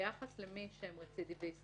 ביחס למי שרצידיוויסטים,